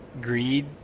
greed